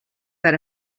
that